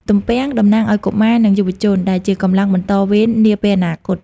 ទំពាំងតំណាងឱ្យកុមារ និងយុវជន ដែលជាកម្លាំងបន្តវេននាពេលអនាគត។